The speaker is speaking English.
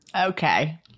Okay